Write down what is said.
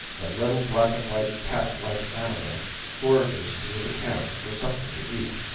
the little black and white cat-like animal forages through the camp for something to eat.